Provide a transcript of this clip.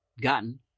gotten